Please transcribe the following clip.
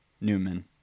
Newman